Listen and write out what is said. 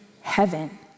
heaven